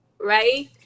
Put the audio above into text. right